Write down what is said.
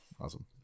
awesome